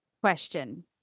question